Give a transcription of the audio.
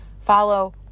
Follow